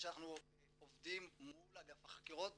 אנחנו --- קהילת